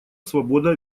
свобода